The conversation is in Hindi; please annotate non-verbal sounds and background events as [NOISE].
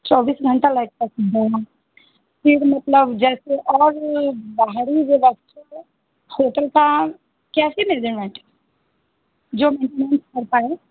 चौबीस घंटे लाइट आती है यहाँ फिर मतलब जैसे और बाहरी व्यवस्था होटल का कैसे [UNINTELLIGIBLE]